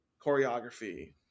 choreography